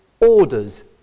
orders